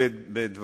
דבר